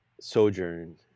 sojourn